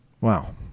Wow